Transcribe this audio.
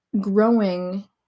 growing